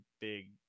big